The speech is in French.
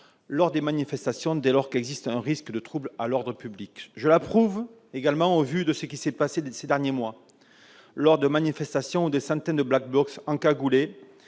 lors des manifestations, dès lors qu'existe un risque de trouble à l'ordre public. Je l'approuve également, au vu de ce qui s'est passé ces derniers mois lors de manifestations où des centaines de Black Blocs encagoulés,